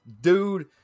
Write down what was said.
Dude